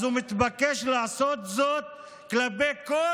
אז הוא מתבקש לעשות זאת כלפי כל